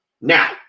Now